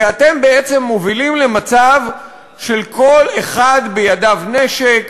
כי אתם בעצם מובילים למצב של כל אחד בידיו נשק,